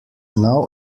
now